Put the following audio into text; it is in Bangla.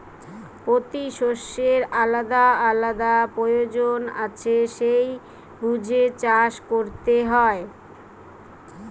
পোতি শষ্যের আলাদা আলাদা পয়োজন আছে সেই বুঝে চাষ কোরতে হয়